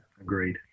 Agreed